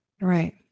right